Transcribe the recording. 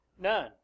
None